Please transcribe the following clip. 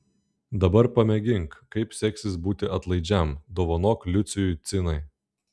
dabar pamėgink kaip seksis būti atlaidžiam dovanok liucijui cinai